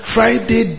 Friday